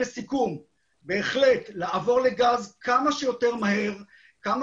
לסיכום - בהחלט לעבור לגז כמה שיותר מהר וכמה